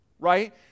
right